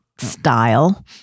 style